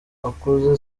akuze